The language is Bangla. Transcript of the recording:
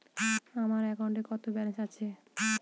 আমার অ্যাকাউন্টে কত ব্যালেন্স আছে?